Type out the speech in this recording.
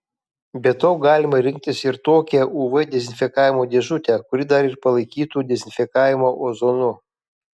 be to galima rinktis ir tokią uv dezinfekavimo dėžutę kuri dar ir palaikytų dezinfekavimą ozonu